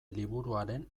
liburuaren